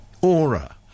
aura